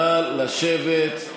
נא לשבת.